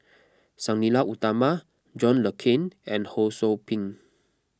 Sang Nila Utama John Le Cain and Ho Sou Ping